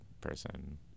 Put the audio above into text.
person